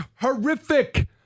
horrific